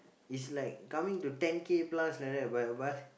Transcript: is like coming to ten K plus like that but b~